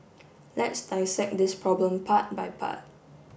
let's dissect this problem part by part